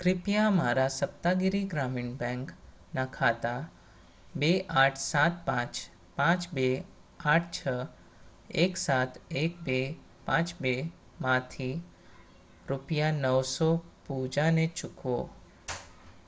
કૃપયા મારા સપ્તાગીરી ગ્રામીણ બેંકનાં ખાતા બે આઠ સાત પાંચ પાંચ બે આઠ છ એક સાત એક બે પાંચ બેમાંથી રૂપિયા નવસો પૂજાને ચૂકવો